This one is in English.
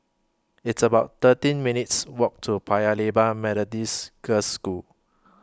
It's about thirteen minutes' Walk to Paya Lebar Methodist Girls' School